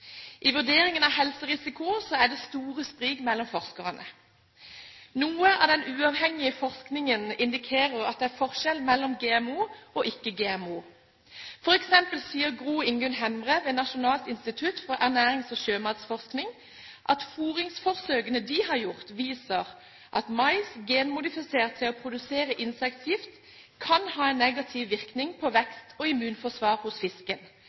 I vurderingen av helserisiko er det store sprik mellom forskerne. Noe av den uavhengige forskningen indikerer at det er forskjell mellom GMO og ikke-GMO. For eksempel sier Gro Ingunn Hemre ved Nasjonalt institutt for ernærings- og sjømatforskning at fôringsforsøkene de har gjort, viser at mais genmodifisert til å produsere insektgift kan ha en negativ virkning på vekst og immunforsvar hos fisken,